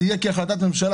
אם זה יהיה כהחלטת ממשלה,